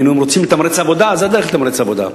אם רוצים לתמרץ עבודה, זו הדרך לתמרץ עבודה.